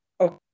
Okay